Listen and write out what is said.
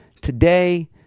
today